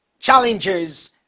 Challenges